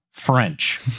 French